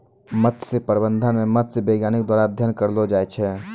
मत्स्य प्रबंधन मे मत्स्य बैज्ञानिक द्वारा अध्ययन करलो जाय छै